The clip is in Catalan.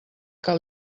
que